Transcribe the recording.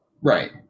Right